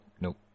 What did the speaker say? nope